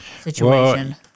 situation